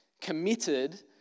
committed